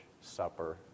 Supper